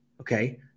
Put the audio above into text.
okay